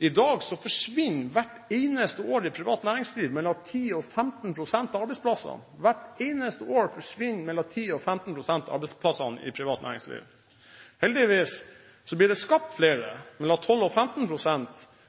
Hvert eneste år forsvinner mellom 10 til 15 pst. av arbeidsplassene i privat næringsliv.